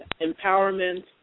empowerment